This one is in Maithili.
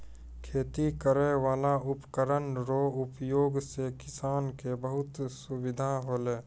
खेती करै वाला उपकरण रो उपयोग से किसान के बहुत सुबिधा होलै